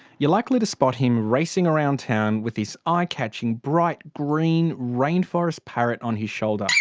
you're likely to spot him racing around town with this eye-catching, bright green rainforest parrot on his shoulder.